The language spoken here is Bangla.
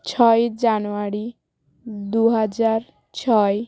ছয় জানুয়ারি দু হাজার ছয়